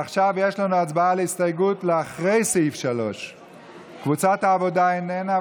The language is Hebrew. עכשיו יש לנו הצבעה על הסתייגות אחרי סעיף 3. קבוצת העבודה איננה,